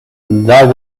that